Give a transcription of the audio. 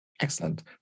Excellent